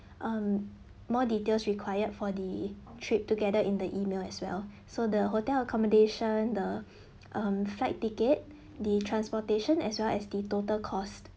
um more details required for the trip together in the email as well so the hotel accommodation the um flight ticket the transportation as well as the total cost